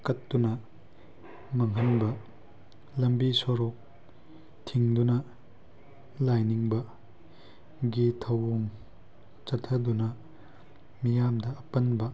ꯀꯠꯇꯨꯅ ꯃꯥꯡꯍꯟꯕ ꯂꯝꯕꯤ ꯁꯣꯔꯣꯛ ꯊꯤꯡꯗꯨꯅ ꯂꯥꯏꯅꯤꯡꯕꯒꯤ ꯊꯧꯑꯣꯡ ꯆꯠꯊꯗꯨꯅ ꯃꯤꯌꯥꯝꯗ ꯑꯄꯟꯕ